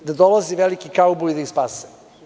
Da dolazi veliki kauboj da ih spase.